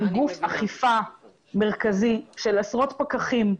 עם גוף אכיפה מרכזי של עשרות פקחים,